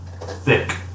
thick